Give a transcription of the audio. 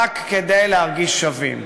רק כדי להרגיש שווים.